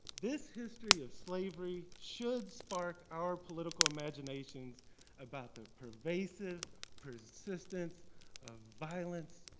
this history of slavery should spark our political imaginations about the pervasive persistence of violence,